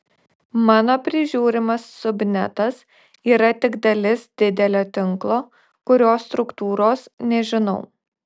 mano prižiūrimas subnetas yra tik dalis didelio tinklo kurio struktūros nežinau